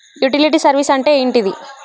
Utility service అంటే ఏంటిది?